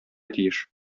тиеш